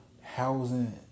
housing